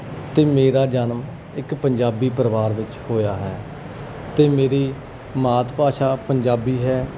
ਅਤੇ ਮੇਰਾ ਜਨਮ ਇੱਕ ਪੰਜਾਬੀ ਪਰਿਵਾਰ ਵਿੱਚ ਹੋਇਆ ਹੈ ਅਤੇ ਮੇਰੀ ਮਾਤ ਭਾਸ਼ਾ ਪੰਜਾਬੀ ਹੈ